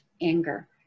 anger